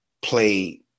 play